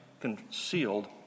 concealed